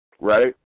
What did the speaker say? right